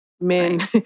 men